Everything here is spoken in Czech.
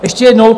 Ještě jednou.